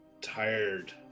tired